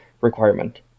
requirement